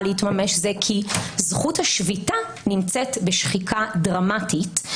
להתממש זה כי זכות השביתה נמצאת בשחיקה דרמטית.